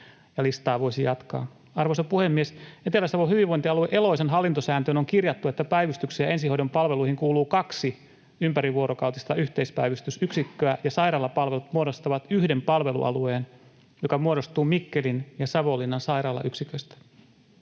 Ja listaa voisi jatkaa. Arvoisa puhemies! Etelä-Savon hyvinvointialue Eloisan hallintosääntöön on kirjattu, että päivystyksiin ja ensihoidon palveluihin kuuluu kaksi ympärivuorokautista yhteispäivystysyksikköä ja sairaalapalvelut muodostavat yhden palvelualueen, joka muodostuu Mikkelin ja Savonlinnan sairaalayksiköistä.